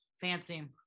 Fancy